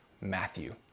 Matthew